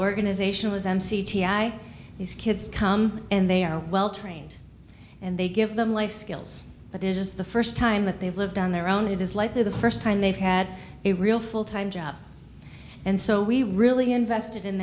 organization was m c t i these kids come and they are well trained and they give them life skills but this is the first time that they've lived on their own it is like the first time they've had a real full time job and so we really invested in